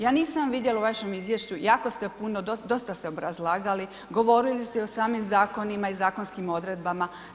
Ja nisam vidjela u vašem izvješću, jako ste puno, dosta ste obrazlagali, govorili ste o samim zakonima i zakonskim odredbama.